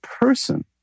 person